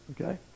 okay